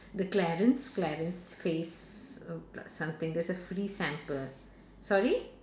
the clarins clarins face err something there's a free sample sorry